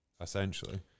essentially